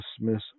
dismiss